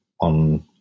on